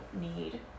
need